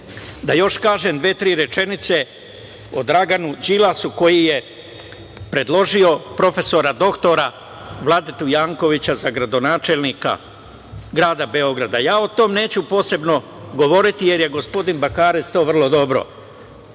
da još kažem dve tri rečenice o Draganu Đilasu koji je predložio prof. dr Vladetu Jankovića za gradonačelnika grada Beograda. Ja o tome neću posebno govoriti, jer je gospodin Bakarec to vrlo dobro